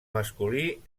masculí